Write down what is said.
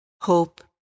hope